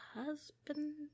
husband